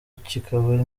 kikaba